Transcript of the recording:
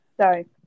Sorry